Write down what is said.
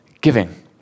giving